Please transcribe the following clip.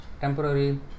temporary